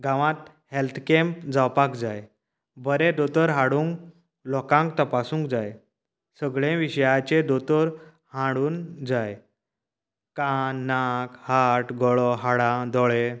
गावांत health camp जावपाक जाय बरें दोतोर हाडून लोकांक तपासूंक जाय सगळें विशयाचे दोतोर हाडून जाय कान नाक हार्ट गळो हाडां दोळे